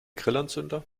grillanzünder